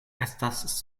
estas